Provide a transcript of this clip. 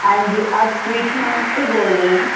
ہاں جی آپ سویٹ مارٹ سے بول رہے ہیں